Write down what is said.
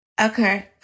okay